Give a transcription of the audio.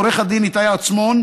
עורך הדין איתי עצמון,